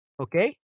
Okay